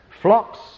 flocks